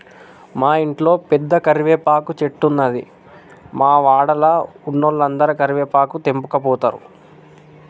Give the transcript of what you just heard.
మా ఇంట్ల పెద్ద కరివేపాకు చెట్టున్నది, మా వాడల ఉన్నోలందరు కరివేపాకు తెంపకపోతారు